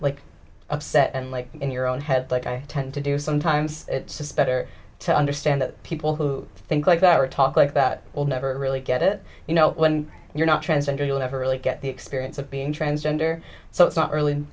like upset and like in your own head like i tend to do sometimes suspect or to understand that people who think like that or talk like that will never really get it you know when you're not transgender you'll never really get the experience of being transgender so it's not really